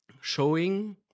showing